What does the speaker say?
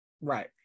Right